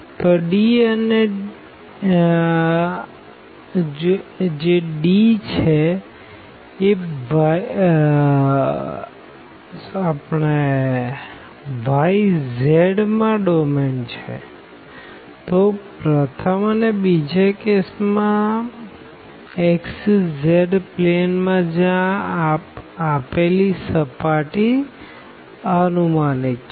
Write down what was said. તો D અને D એ y zમાં ડોમેન છેતો પ્રથમ અને બીજા કેસ માં xz પ્લેન માં જ્યાં આ આપેલી સર્ફેસ અનુમાનિત છે